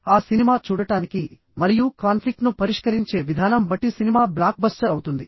ఆ సినిమా చూడటానికి మరియు కాన్ఫ్లిక్ట్ ను పరిష్కరించే విధానం బట్టి సినిమా బ్లాక్బస్టర్ అవుతుంది